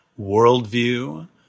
worldview